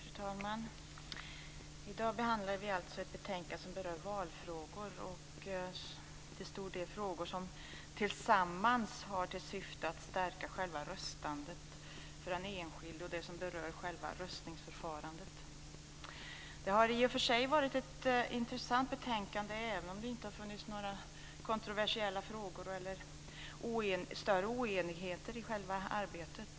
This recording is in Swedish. Fru talman! I dag behandlar vi ett betänkande som berör valfrågor. Det handlar till stor del om förslag som tillsammans har till syfte att stärka själva röstandet för den enskilde och det som berör själva röstningsförfarandet. Det har varit intressant att arbeta med betänkandet, även om det inte har funnits några kontroversiella frågor eller större oenigheter.